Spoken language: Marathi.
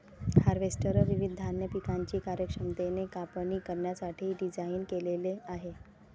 हार्वेस्टर विविध धान्य पिकांची कार्यक्षमतेने कापणी करण्यासाठी डिझाइन केलेले आहे